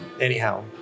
Anyhow